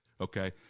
okay